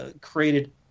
created